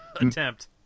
attempt